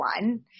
one